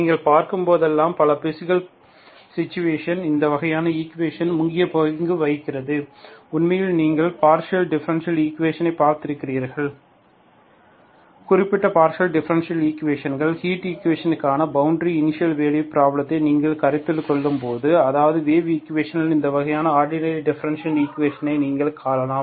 நீங்கள் பார்க்கும் போதெல்லாம் பல பிஸிகல் சிச்சுவேஷன் இந்த வகையான ஈக்குவேஷன் முக்கிய பங்கு வகிக்கிறது உண்மையில் நீங்கள் பார்ஷியல் டிஃபரண்ஷியல் ஈக்குவேஷனில் பார்த்திருக்கிறீர்கள் குறிப்பிட்ட பார்ஷியல் டிஃபரண்ஷியல் ஈக்குவேஷன்கள் ஹீட் ஈக்குவேஷன்களுக்கான பவுண்டரி இனிஷியல் வேல்யூ பிராப்ளத்தை நீங்கள் கருத்தில் கொள்ளும்போது அல்லது வேவ் ஈக்குவேஷன் இந்த வகையான ஆடினரி டிஃப்பரன்சியல் ஈக்குவேஷன்களை நீங்கள் காணலாம்